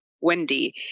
Wendy